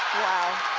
wow.